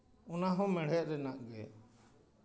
ᱚᱱᱟ ᱦᱚᱸ ᱢᱮᱲᱦᱮᱫ ᱨᱮᱱᱟᱜ ᱜᱮ